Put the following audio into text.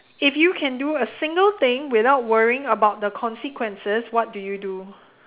if you can do a single thing without worrying about the consequences what do you do